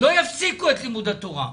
לא יפסיקו את לימוד התורה.